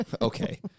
Okay